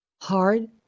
hard